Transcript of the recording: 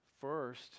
first